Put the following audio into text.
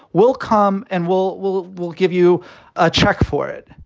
we'll come and we'll we'll we'll give you a check for it,